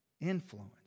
Influence